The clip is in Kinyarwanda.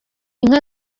inka